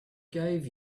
gave